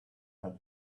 had